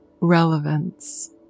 Relevance